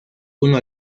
uno